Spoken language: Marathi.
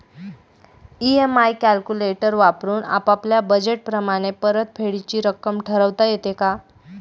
इ.एम.आय कॅलक्युलेटर वापरून आपापल्या बजेट प्रमाणे परतफेडीची रक्कम ठरवता येते का?